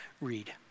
read